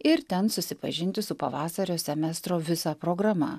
ir ten susipažinti su pavasario semestro visa programa